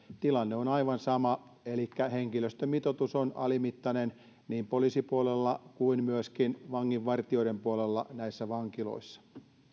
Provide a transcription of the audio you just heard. tilanne on aivan sama elikkä henkilöstömitoitus on alimittainen niin poliisipuolella kuin myöskin vanginvartijoiden puolella näissä vankiloissa